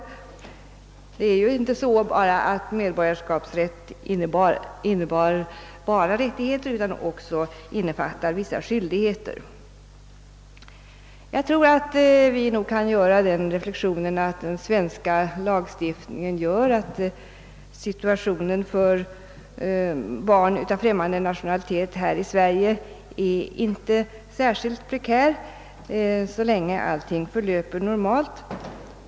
Det är ju inte så att medborgarskapsrätten innebär bara rättigheter, utan den innefattar också vissa skyldigheter. Vi kan nog göra den reflexionen att den svenska lagstiftningen gör att situationen för barn av främmande nationalitet här i Sverige inte är särskilt prekär så länge allting förlöper normalt.